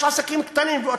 יש עסקים קטנים,